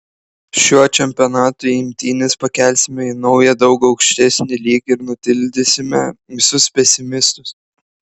šiuo čempionatu imtynes pakelsime į naują daug aukštesnį lygį ir nutildysime visus pesimistus